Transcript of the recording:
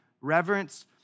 reverence